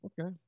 Okay